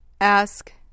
Ask